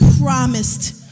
promised